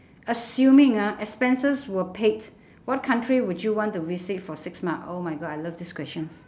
assuming ah expenses were paid what country would you want to visit for six months oh my god I love this questions